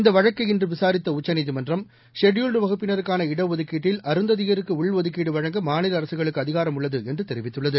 இந்த வழக்கை இன்று விசாரித்த உச்சநீதிமன்றம் ஷெட்பூல்டு வகுப்பினருக்கான இடஒதுக்கீட்டில் அருந்ததியருக்கு உள்ஒதுக்கீடு வழங்க மாநில அரசுகளுக்கு அதிகாரம் உள்ளது என்று தெரிவித்துள்ளது